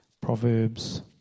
Proverbs